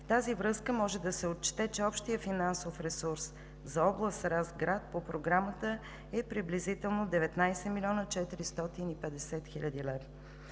В тази връзка може да се отчете, че общият финансов ресурс за област Разград по Програмата е приблизително 19 млн. 450 хил. лв.